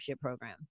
program